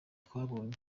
twabonye